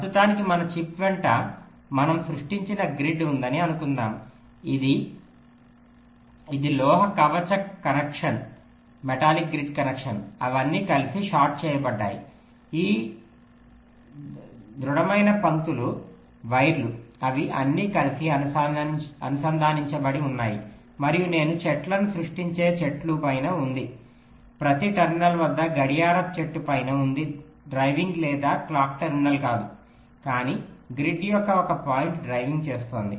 ప్రస్తుతానికి మన చిప్ వెంట మనం సృష్టించిన గ్రిడ్ ఉందని అనుకుందాము ఇది ఇది లోహ కవచ కనెక్షన్ అవన్నీ కలిసి షార్ట్ చేయబడ్డాయి ఈ దృమైన పంక్తులు వైర్లు అవి అన్నీ కలిసి అనుసంధానించబడి ఉన్నాయి మరియు నేను చెట్టును సృష్టించే చెట్టు పైన ఉంది ప్రతి టెర్మినల్ వద్ద గడియార చెట్టు పైన ఉంది డ్రైవింగ్ లేదా క్లాక్ టెర్మినల్ కాదు కానీ గ్రిడ్ యొక్క ఒక పాయింట్ డ్రైవింగ్ చేస్తోంది